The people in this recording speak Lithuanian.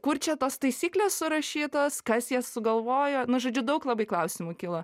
kur čia tos taisyklės surašytos kas jas sugalvojo nu žodžiu daug labai klausimų kilo